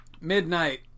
Midnight